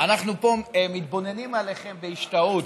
פה מתבוננים עליכם בהשתאות.